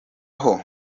aho